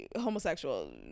homosexual